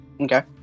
Okay